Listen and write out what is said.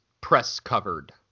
press-covered